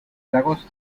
lagos